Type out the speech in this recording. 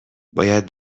باید